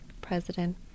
president